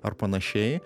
ar panašiai